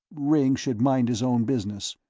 ringg should mind his own business.